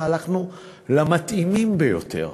והלכנו למתאימים ביותר,